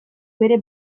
bere